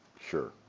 sure